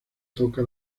toca